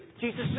Jesus